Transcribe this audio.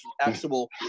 actual